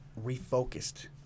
refocused